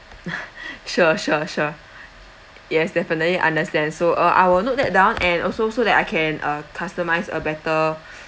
sure sure sure yes definitely understand so uh I will note that down and also so that I can uh customise a better